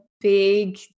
big